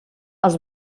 els